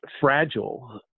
fragile